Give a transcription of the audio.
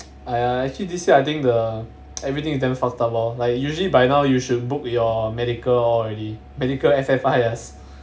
!aiya! actually this year I think the everything is damn fucked up lor like usually by now you should book your medical all already medical F_F_I